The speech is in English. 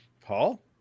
Paul